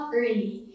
early